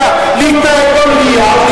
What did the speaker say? מוצא חן בעיניך.